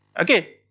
ok?